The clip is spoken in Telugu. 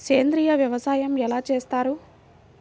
సేంద్రీయ వ్యవసాయం ఎలా చేస్తారు?